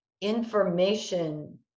information